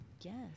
Yes